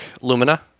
Lumina